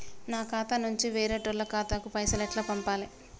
నా ఖాతా నుంచి వేరేటోళ్ల ఖాతాకు పైసలు ఎట్ల పంపాలే?